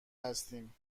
هستیم